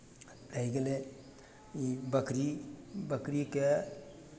रहि गेलै ई बकरी बकरीके